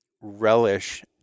relish